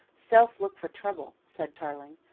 self look for trouble said tarling.